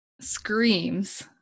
screams